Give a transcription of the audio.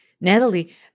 Natalie